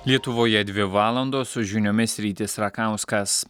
lietuvoje dvi valandos su žiniomis rytis rakauskas